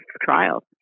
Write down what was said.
trials